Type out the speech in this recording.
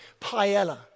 Paella